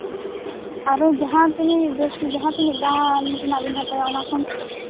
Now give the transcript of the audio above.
ᱟᱨ ᱦᱚᱸ ᱡᱟᱦᱟᱸ ᱛᱤᱱᱟᱹᱜ ᱡᱟᱹᱥᱛᱤ ᱡᱟᱦᱟᱸ ᱛᱤᱱᱟᱹᱜ ᱫᱟᱢ ᱨᱮᱱᱟᱜ ᱵᱮᱱ ᱦᱟᱛᱟᱣᱟ ᱚᱱᱟ ᱠᱷᱚᱱ